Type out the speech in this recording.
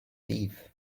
thief